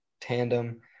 tandem